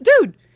dude